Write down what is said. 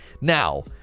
Now